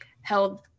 held